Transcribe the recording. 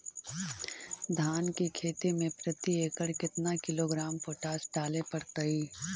धान की खेती में प्रति एकड़ केतना किलोग्राम पोटास डाले पड़तई?